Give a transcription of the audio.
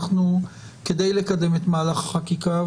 כדי לקדם את מהלך החקיקה,